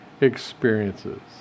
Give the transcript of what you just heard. experiences